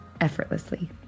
effortlessly